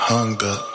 Hunger